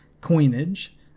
coinage